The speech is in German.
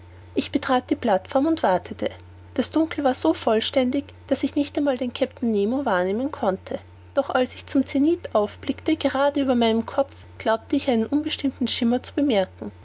ich betrat die plateform und wartete das dunkel war so vollständig daß ich nicht einmal den kapitän nemo wahrnehmen konnte doch als ich zum zenith aufblickte gerade über meinem kopf glaubte ich einen unbestimmten schimmer zu bemerken